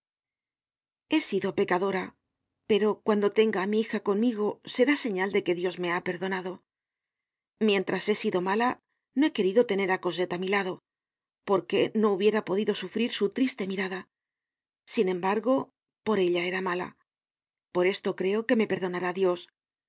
he sido pecadora pero cuando tenga á mi hija conmigo será señal de que dios me ha perdonado mientras he sido mala no he querido tener á cosette á mi lado porque no hubiera podido sufrir su triste mirada y sin embargo por ella era mala por esto creo que me perdonará dios